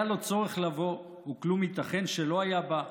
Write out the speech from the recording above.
היה לו צורך לבוא, וכלום ייתכן שלא היה בא?